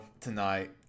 tonight